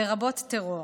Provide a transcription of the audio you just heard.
לרבות טרור.